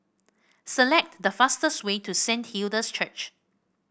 select the fastest way to Saint Hilda's Church